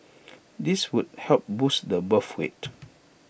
this would help boost the birth rate